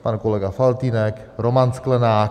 Pan kolega Faltýnek, Roman Sklenák.